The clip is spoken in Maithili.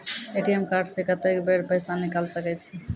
ए.टी.एम कार्ड से कत्तेक बेर पैसा निकाल सके छी?